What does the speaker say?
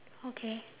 okay